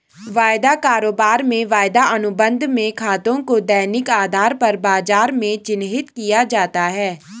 वायदा कारोबार में वायदा अनुबंध में खातों को दैनिक आधार पर बाजार में चिन्हित किया जाता है